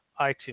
iTunes